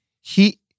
he-